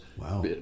Wow